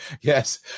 Yes